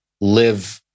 live